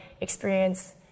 experience